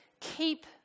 Keep